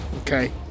Okay